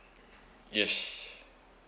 yes